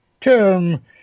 term